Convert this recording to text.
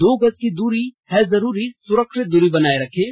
दो गज की दूरी है जरूरी सुरक्षित दूरी बनाए रखें